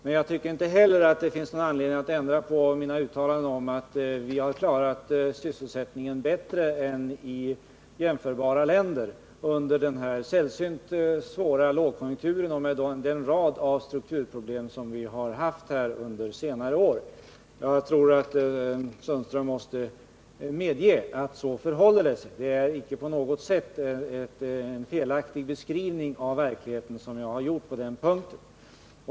Men jag tycker inte heller att det finns någon anledning att ändra på mina uttalanden om att vi i vårt land har klarat sysselsättningen bättre än man gjort i andra jämförbara länder under den sällsynt svåra lågkonjunkturen, med den rad av strukturproblem som vi har haft här under senare år. Jag tror att Sten Ove Sundström måste medge att det förhåller sig så. Det är inte på något sätt en felaktig beskrivning av verkligheten som jag har gjort på den punkten.